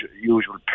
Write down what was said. usual